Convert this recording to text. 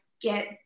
get